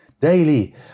daily